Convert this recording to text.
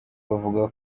bavuga